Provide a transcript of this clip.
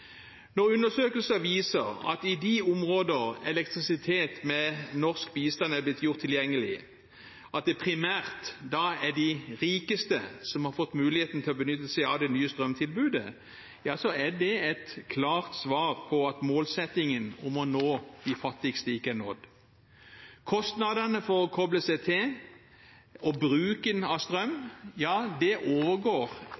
Når undersøkelser viser at det – i de områder som elektrisitet med norsk bistand er blitt gjort tilgjengelig i – primært er de rikeste som har fått muligheten til å benytte seg av det nye strømtilbudet, så er det et klart svar på at målsettingen om å nå de fattigste ikke er nådd. Kostnadene for å koble seg til og bruken av strøm overgår det